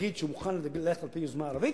ולהגיד שהוא מוכן ללכת על-פי היוזמה הערבית,